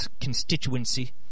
constituency